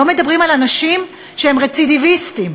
לא מדברים על אנשים שהם רצידיביסטים.